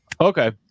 Okay